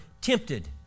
tempted